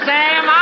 Sam